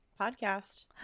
Podcast